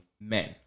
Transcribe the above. men